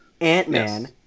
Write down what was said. ant-man